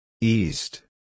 East